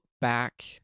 back